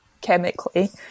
chemically